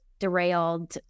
derailed